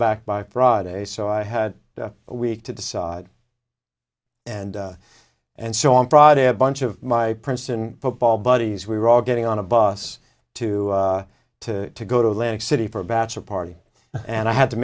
back by friday so i had a week to decide and and so on friday a bunch of my princeton football buddies we were all getting on a bus to to to go to atlantic city for a bachelor party and i had to